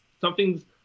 something's